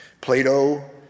Plato